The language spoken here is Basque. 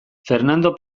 fernando